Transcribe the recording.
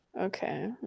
Okay